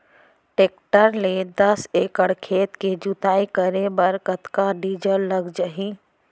Tractor ले दस एकड़ खेत के जुताई करे बर कतका डीजल लग जाही?